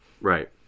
Right